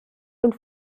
und